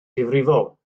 difrifol